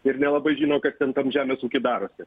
ir nelabai žino kas ten tam žemės ūky darosi